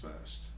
first